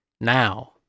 now